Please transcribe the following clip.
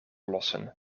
lossen